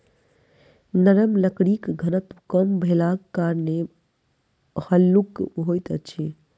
नरम लकड़ीक घनत्व कम भेलाक कारणेँ हल्लुक होइत अछि